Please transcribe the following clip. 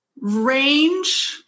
range